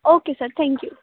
okay sir thank you